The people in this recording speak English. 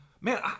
Man